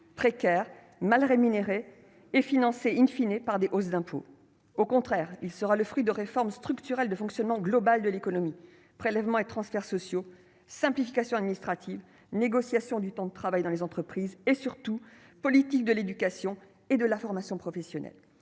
précaires, mal rémunérés et financés in fine et par des hausses d'impôts, au contraire, il sera le fruit de réformes structurelles de fonctionnement global de l'économie, prélèvements et transferts sociaux simplification administrative négociations du temps de travail dans les entreprises et surtout politique, de l'éducation et de la formation professionnelle,